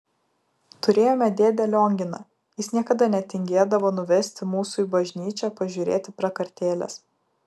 turėjome dėdę lionginą jis niekada netingėdavo nuvesti mūsų į bažnyčią pažiūrėti prakartėlės